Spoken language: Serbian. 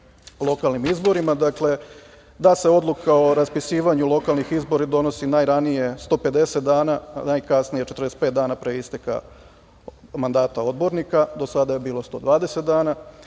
lokalnim izborima: da se odluka o raspisivanju lokalnih izbora donosi najranije 150 dana, a najkasnije 45 dana pre isteka mandata odbornika, do sada je bilo 120 dana,